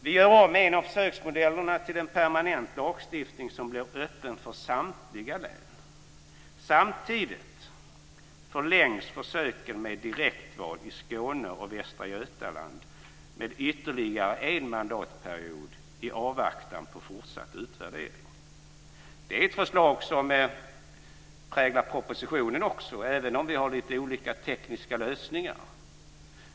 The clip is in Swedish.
Vi gör om en av försöksmodellerna till en permanent lagstiftning som blir öppen för samtliga län. Samtidigt förlängs försöken med direktval i Skåne och Västra Götaland med ytterligare en mandatperiod i avvaktan på fortsatt utvärdering. Det är ett förslag som präglar propositionen också, även om vi har olika tekniska lösningar.